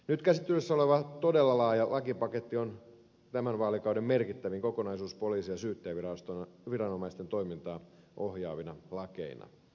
nyt käsittelyssä oleva todella laaja lakipaketti on tämän vaalikauden merkittävin kokonaisuus poliisin ja syyttäjänviraston viranomaisten toimintaa ohjaavina lakeina